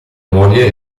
moglie